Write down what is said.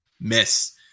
miss